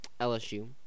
LSU